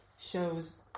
shows